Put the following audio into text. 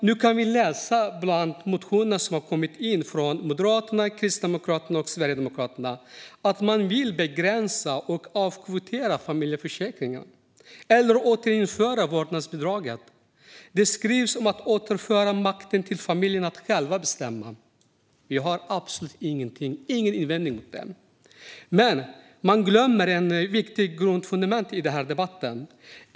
Nu kan vi läsa i de motioner som kommer från Moderaterna, Kristdemokraterna och Sverigedemokraterna att man vill begränsa och avkvotera familjeförsäkringen eller återinföra vårdnadsbidraget. Det skrivs om att återföra makten till familjerna att själva bestämma. Vi har absolut ingen invändning mot det, men man glömmer ett viktigt grundfundament i denna debatt.